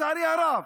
לצערי הרב.